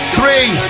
Three